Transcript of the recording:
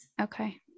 Okay